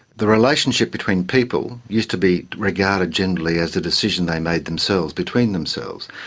the relationship between people used to be regarded generally as a decision they made themselves, between themselves.